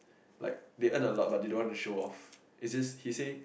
like they earn a lot but didn't want to show off is it he said